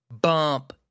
bump